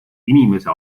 inimese